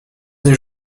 des